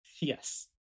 Yes